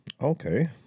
Okay